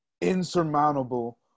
insurmountable